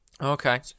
Okay